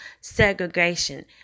segregation